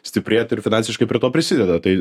stiprėti ir finansiškai prie to prisideda tai